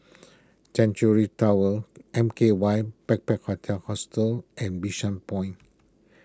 Tower M K Y Hostel and Bishan Point